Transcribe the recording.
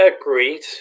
Agreed